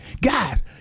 Guys